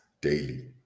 daily